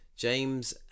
James